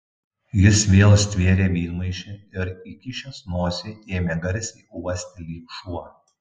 jis vėl stvėrė vynmaišį ir įkišęs nosį ėmė garsiai uosti lyg šuo